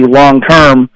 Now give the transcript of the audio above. long-term